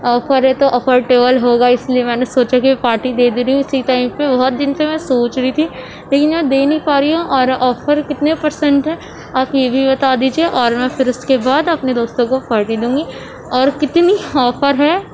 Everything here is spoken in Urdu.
آفر ہے تو افورٹیبل ہوگا اس لیے میں نے سوچا کہ پارٹی دے دے رہی ہوں اسی ٹائم پہ بہت دن سے میں سوچ رہی تھی لیکن یار دے نہیں پا رہی ہوں اور آفر کتنے پرسینٹ ہے آپ یہ بھی بتا دیجیے اور میں پھر اس کے بعد اپنے دوستوں کو پارٹی دوں گی اور کتنی آفر ہے